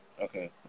Okay